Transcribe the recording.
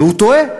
והוא טועה,